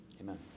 Amen